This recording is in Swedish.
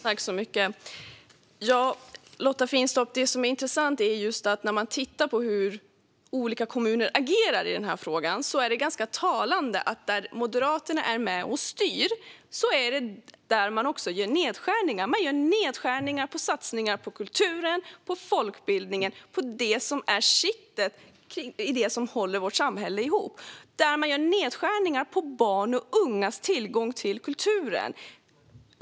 Herr talman! Ja, Lotta Finstorp, det är intressant att titta på hur olika kommuner agerar i denna fråga. Det är ganska talande att det är där Moderaterna är med och styr som man gör nedskärningar. Man gör nedskärningar i satsningar på kulturen och på folkbildningen - kittet som håller ihop vårt samhälle. Man gör nedskärningar i fråga om barns och ungas tillgång till kulturen.